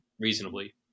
reasonably